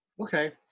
Okay